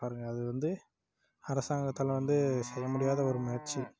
பாருங்க அது வந்து அரசாங்கத்தால் செய்ய முடியாத ஒரு முயற்சி